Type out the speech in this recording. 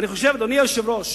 אני חושב, אדוני היושב-ראש,